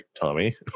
Tommy